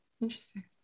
interesting